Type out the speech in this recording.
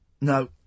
No